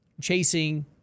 chasing